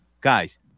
guys